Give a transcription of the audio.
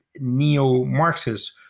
neo-Marxists